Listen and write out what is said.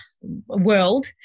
world